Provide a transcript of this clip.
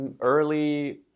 Early